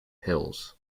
hills